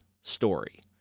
story